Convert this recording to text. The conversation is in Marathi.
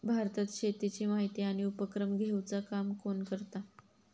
भारतात शेतीची माहिती आणि उपक्रम घेवचा काम कोण करता?